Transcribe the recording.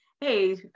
hey